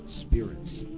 spirits